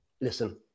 Listen